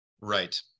Right